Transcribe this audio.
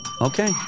okay